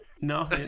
No